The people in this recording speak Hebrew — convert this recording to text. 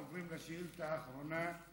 עוברים לשאילתה האחרונה,